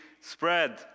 spread